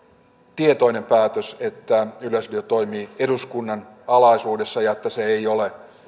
tietoinen päätös että yleisradio toimii eduskunnan alaisuudessa ja että se ei ole